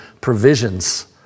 provisions